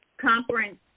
conference